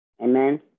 Amen